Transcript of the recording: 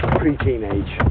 pre-teenage